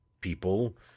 people